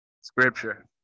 Scripture